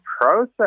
process